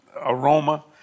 aroma